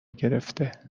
گرفته